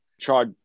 tried